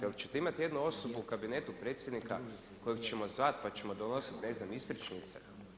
Jel ćete imati jednu osobu u kabinetu predsjednika kojeg ćemo zvat pa ćemo donosit ispričnice?